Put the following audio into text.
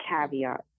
caveat